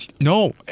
No